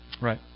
Right